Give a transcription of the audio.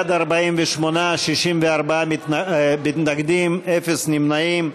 בעד 48, 64 מתנגדים, אפס נמנעים.